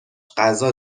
غذا